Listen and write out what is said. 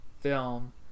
film